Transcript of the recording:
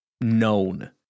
known